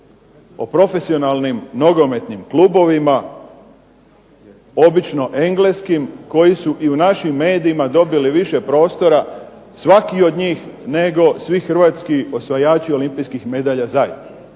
o profesionalnim nogometnim klubovima, obično engleskim koji su i u našim medijima dobili više prostora svaki od njih nego svi hrvatski osvajači olimpijskih medalja zajedno,